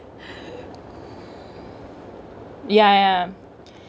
ya ya